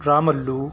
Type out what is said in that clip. Ramulu